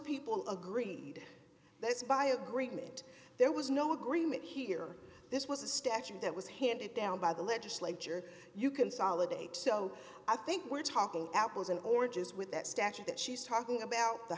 people agreed by agreement there was no agreement here this was a statute that was handed down by the legislature you consolidate so i think we're talking apples and oranges with that statute that she's talking about the